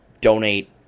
donate